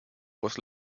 was